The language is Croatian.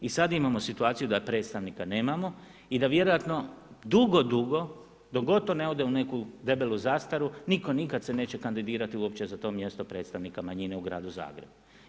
I sad imamo situaciju da predstavnika nemamo i da vjerojatno dugo, dugo dok to ne ode u neku debelu zastaru nitko nikad se neće kandidirati uopće za to mjesto predstavnika manjine u gradu Zagrebu.